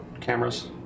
cameras